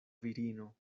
virino